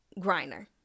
Griner